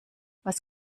was